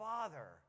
father